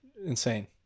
Insane